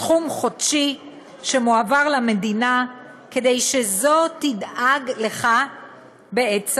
סכום חודשי שמועבר למדינה כדי שזו תדאג לך בעת צרה.